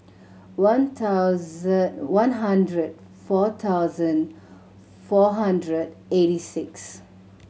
one thousand one hundred four thousand four hundred eighty six